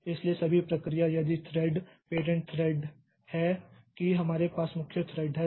इसलिए सभी प्रक्रिया यदि थ्रेड पैरेंट थ्रेड है कि हमारे पास मुख्य थ्रेडहै